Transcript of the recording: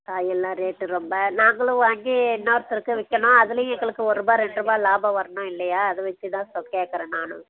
காயெல்லாம் ரேட்டு ரொம்ப நாங்களும் வாங்கி இன்னொருத்தருக்கு விற்கணும் அதுலேயும் எங்களுக்கு ஒரு ருபாய் ரெண்டு ருபாய் லாபம் வரணும் இல்லையா அதை வச்சுதான் சொல் கேட்கறேன் நானும்